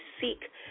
seek